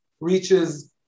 reaches